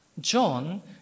John